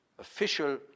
official